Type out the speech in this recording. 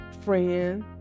friend